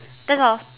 that's all